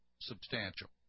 substantial